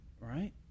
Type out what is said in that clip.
right